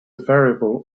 variable